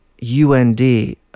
U-N-D